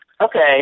Okay